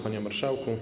Panie Marszałku!